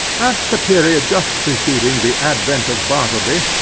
at the period just preceding the advent of bartleby,